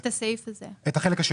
אז אתם